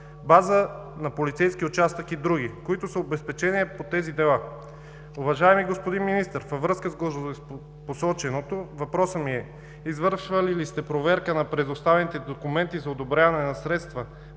база на полицейски участък и други, които са обезпечени по тези дела. Уважаеми господин Министър, във връзка с горепосоченото въпросът ми е: извършвали ли сте проверка на предоставените документи за одобряване на средства